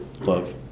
Love